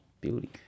beauty